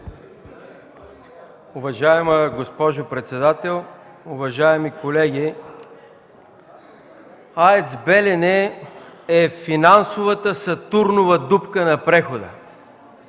Уважаема госпожо председател, уважаеми колеги! АЕЦ „Белене” е финансовата сатурнова дупка на прехода.